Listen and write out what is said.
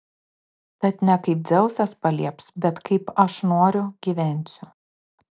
tad ne kaip dzeusas palieps bet kaip aš noriu gyvensiu